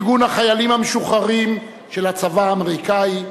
ארגון החיילים המשוחררים של הצבא האמריקני,